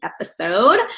episode